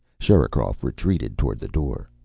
sherikov retreated toward the door.